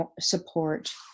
support